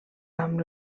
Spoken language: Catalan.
amb